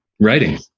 writing